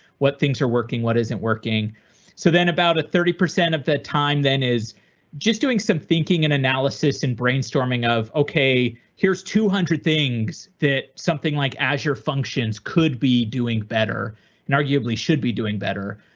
what things are working? what isn't working so then about a thirty percent of the time then is just doing some thinking and analysis and brainstorming of ok. here's two hundred things that something like azure functions could be doing better and arguably should be doing better.